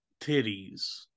titties